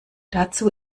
dazu